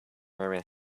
wearing